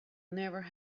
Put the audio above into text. never